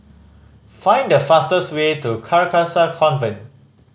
find the fastest way to Carcasa Convent